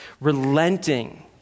relenting